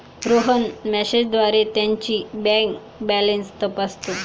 रोहन मेसेजद्वारे त्याची bank balance तपासतो